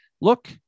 look